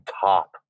top